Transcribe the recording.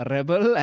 Rebel